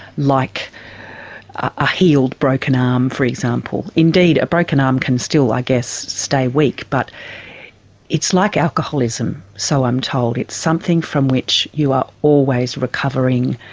like a healed broken arm um for example. indeed, a broken arm can still i guess stay weak, but it's like alcoholism, so i'm told, it's something from which you are always recovering,